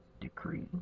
decree